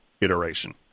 iteration